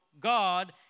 God